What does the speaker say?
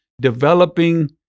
developing